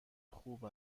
خوب